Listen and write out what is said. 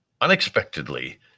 Unexpectedly